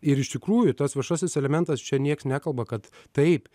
ir iš tikrųjų tas viešasis elementas čia nieks nekalba kad taip